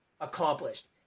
accomplished